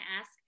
ask